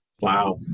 Wow